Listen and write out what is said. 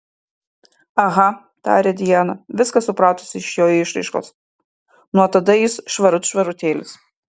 aha tarė diana viską supratusi iš jo išraiškos nuo tada jis švarut švarutėlis